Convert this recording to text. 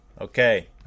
Okay